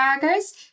burgers